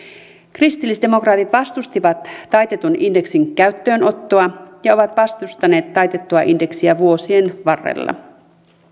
kristillisdemokraatit vastustivat taitetun indeksin käyttöönottoa ja ovat vastustaneet taitettua indeksiä vuosien varrella